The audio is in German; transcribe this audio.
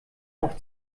auf